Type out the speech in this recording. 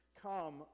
come